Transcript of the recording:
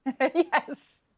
Yes